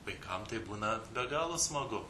vaikam tai būna be galo smagu